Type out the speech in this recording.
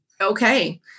Okay